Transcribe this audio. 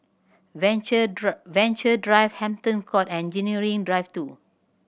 Venture Venture Drive Hampton Court and Engineering Drive Two